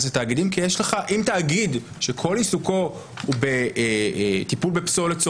לתאגידים כי אם תאגיד שכול עיסוקו הוא בטיפול בפסולת,